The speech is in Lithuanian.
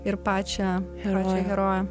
ir pačią ir heroję